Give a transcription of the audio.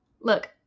look